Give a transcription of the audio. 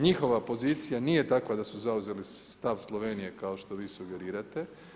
Njihova pozicija, nije takva da su zauzeli stav Slovenije, kao što vi sugerirate.